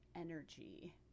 energy